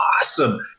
awesome